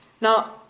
Now